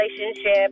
relationship